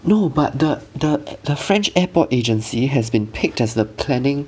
no but the the the french airport agency has been picked as the planning